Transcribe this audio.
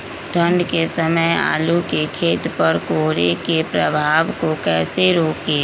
ठंढ के समय आलू के खेत पर कोहरे के प्रभाव को कैसे रोके?